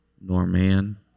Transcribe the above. Norman